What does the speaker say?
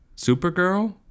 Supergirl